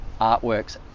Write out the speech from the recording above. artworks